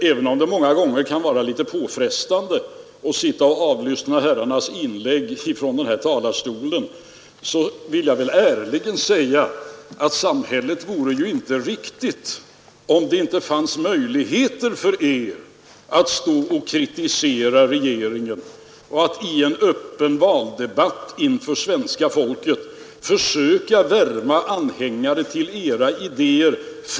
Även om det många gånger kan vara litet påfrestande att sitta och lyssna på herrarnas inlägg från kammarens talarstol vill jag ärligt säga att samhället inte skulle vara riktigt, om ni inte hade möjligheter att kritisera regeringen, och om ni inte i en öppen valdebatt fritt och ogenerat inför svenska folket fick försöka värva anhängare för era idéer.